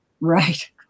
Right